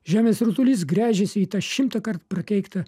žemės rutulys gręžiasi į tą šimtąkart prakeiktą